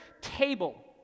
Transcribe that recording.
table